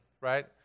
right